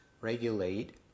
regulate